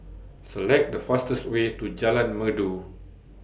Select The fastest Way to Jalan Merdu